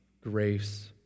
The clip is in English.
grace